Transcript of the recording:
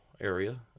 area